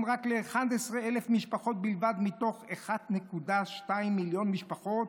רק ל-11,000 משפחות בלבד מתוך 1.2 מיליון משפחות,